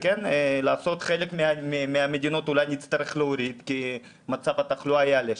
חלק מהמדינות אולי נצטרך להוריד כי מצב התחלואה יעלה שם,